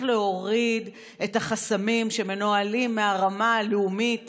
להוריד את החסמים שמנוהלים מהרמה הלאומית